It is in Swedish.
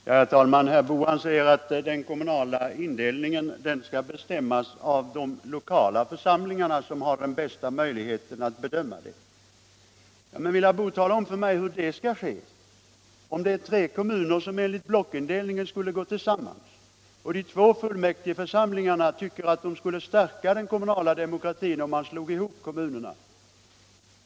Herr talman! Herr Boo säger att den kommunala indelningen skall bestämmas av de lokala församlingarna, som har den bästa möjligheten att bedöma frågan. Men vill herr Boo tala om för mig hur det skall ske om det är tre kommuner som enligt blockindelningen skall gå tillsammans och de två fullmäktigeförsamlingarna tycker att det skulle stärka den kommunala demokratin om man slog ihop kommunerna?